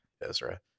Ezra